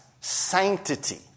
sanctity